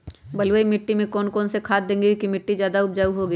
बलुई मिट्टी में कौन कौन से खाद देगें की मिट्टी ज्यादा उपजाऊ होगी?